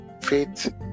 faith